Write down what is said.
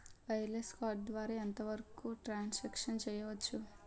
Wireless card ద్వారా ఎంత వరకు ట్రాన్ సాంక్షన్ చేయవచ్చు?